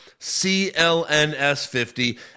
CLNS50